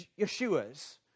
Yeshua's